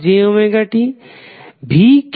V কি